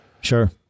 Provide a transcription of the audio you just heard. sure